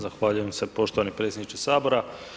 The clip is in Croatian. Zahvaljujem se poštovani predsjedniče Sabora.